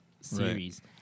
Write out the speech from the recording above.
series